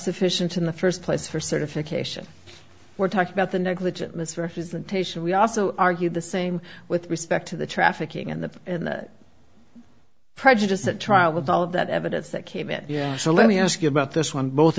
sufficient in the first place for certification we're talking about the negligent misrepresentation we also argue the same with respect to the trafficking and the prejudice at trial with all of that evidence that came in yeah so let me ask you about this one both